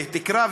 ותקרא,